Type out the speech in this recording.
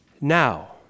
now